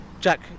Jack